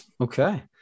Okay